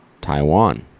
Taiwan